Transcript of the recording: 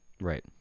Right